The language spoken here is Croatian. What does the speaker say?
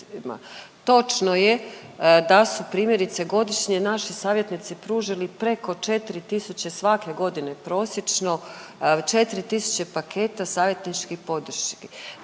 Točno je da su, primjerice godišnje naši savjetnici pružili preko 4000, svake godine prosječno, 4000 paketa savjetničkih podrški,